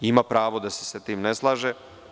Ima pravo da se sa tim ne slaže.